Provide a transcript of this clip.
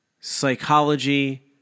psychology